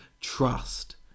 trust